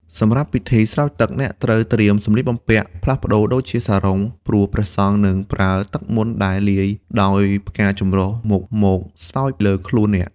សម្រាប់ពិធីស្រោចទឹក អ្នកត្រូវត្រៀមសម្លៀកបំពាក់ផ្លាស់ប្តូរ ដូចជាសារុង ព្រោះព្រះសង្ឃនឹងប្រើទឹកមន្តដែលលាយដោយផ្កាចម្រុះមុខមកស្រោចលើខ្លួនអ្នក។